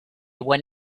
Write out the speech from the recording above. went